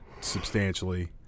substantially